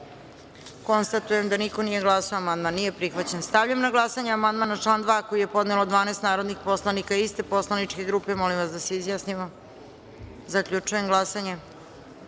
konstatujem da niko nije glasao. Amandman nije prihvaćen. Stavljam na glasanje amandman na član 2. koji je podnelo 12 narodnih poslanika iste poslaničke grupe. Molim vas da se izjasnimo. Zaključujem glasanje